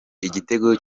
igitego